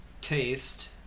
taste